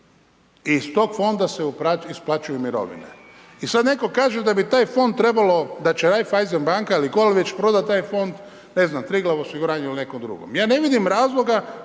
Iz tog fonda onda se isplaćuju mirovine. I sad netko kaže da bi taj fond trebalo, da će Reifeisen banka ili tko li već prodat taj fond ne znam, Triglav osiguranju ili nekom drugom. Ja ne vidim razloga